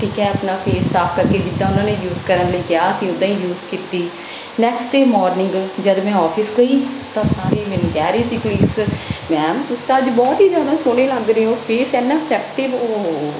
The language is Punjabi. ਠੀਕ ਹੈ ਆਪਣਾ ਫੇਸ ਸਾਫ ਕਰਕੇ ਜਿੱਦਾਂ ਉਹਨਾਂ ਨੇ ਯੂਜ਼ ਕਰਨ ਲਈ ਕਿਹਾ ਸੀ ਉੱਦਾਂ ਹੀ ਯੂਜ਼ ਕੀਤੀ ਨੈਕਸਟ ਡੇਅ ਮੋਰਨਿੰਗ ਜਦ ਮੈਂ ਔਫਿਸ ਗਈ ਤਾਂ ਸਾਰੇ ਮੈਨੂੰ ਕਹਿ ਰਹੇ ਸੀ ਕਲੀਗਸ ਮੈਮ ਤੁਸੀਂ ਤਾਂ ਅੱਜ ਬਹੁਤ ਹੀ ਜ਼ਿਆਦਾ ਸੋਹਣੇ ਲੱਗ ਰਹੇ ਹੋ ਫੇਸ ਐਨਾ ਇਫੈਕਟਿਵ ਉਹ ਹੋ ਹੋ ਹੋ